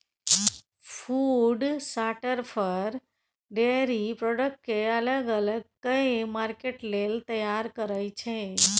food शार्टर फर, dairy product केँ अलग अलग कए मार्केट लेल तैयार करय छै